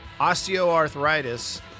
osteoarthritis